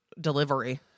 delivery